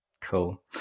Cool